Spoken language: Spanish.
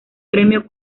premio